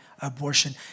abortion